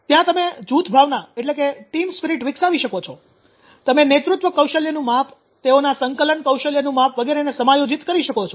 ત્યાં તમે જૂથ ભાવના વિકસાવી શકો છો તમે નેતૃત્વ કૌશલ્યનું માપ તેઓના સંકલન કૌશલ્યનું માપ વગેરેને સમાયોજિત કરી શકો છો